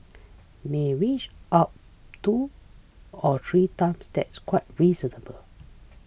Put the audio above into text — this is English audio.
may inch up two or three times that's quite reasonable